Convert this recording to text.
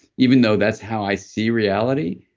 even though that's how i see reality,